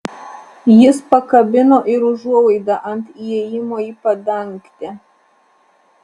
jis pakabino ir užuolaidą ant įėjimo į padangtę